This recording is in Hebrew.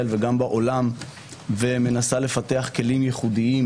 וגם בעולם ומנסה לפתח כלים ייחודיים